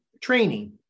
training